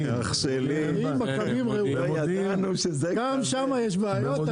גם שם יש בעיות.